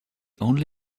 only